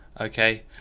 okay